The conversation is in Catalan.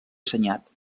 assenyat